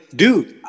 dude